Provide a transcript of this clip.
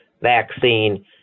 vaccine